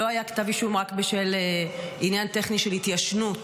לא היה כתב אישום רק בשל עניין טכני של התיישנות,